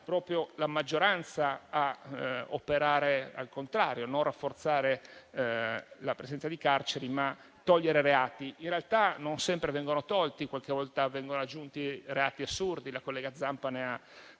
proprio la maggioranza a operare al contrario: non rafforzare la presenza di carceri, ma togliere reati. In realtà, non sempre vengono tolti e qualche volta vengono aggiunti reti assurdi - la collega Zampa ne ha